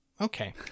okay